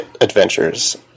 adventures